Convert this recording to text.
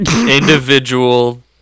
individual